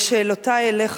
לשאלותי אליך,